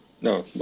No